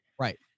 right